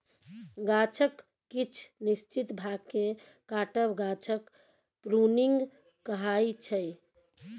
गाछक किछ निश्चित भाग केँ काटब गाछक प्रुनिंग कहाइ छै